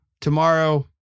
tomorrow